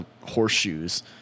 horseshoes